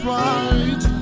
right